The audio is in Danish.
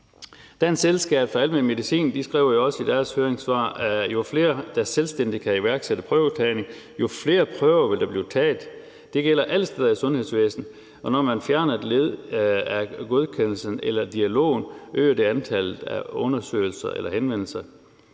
Dansk Selskab for Almen Medicin skriver også i deres høringssvar, at jo flere der selvstændigt kan iværksætte prøvetagning, jo flere prøver vil der blive taget. Det gælder alle steder i sundhedsvæsenet, og når man fjerner et led i godkendelsen eller dialogen, øger det antallet af undersøgelser eller henvendelser.